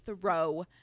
throw